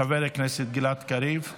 חבר הכנסת גלעד קריב.